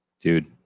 dude